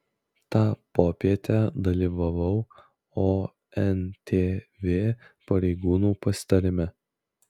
tą popietę dalyvavau ontv pareigūnų pasitarime